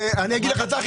צחי.